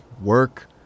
work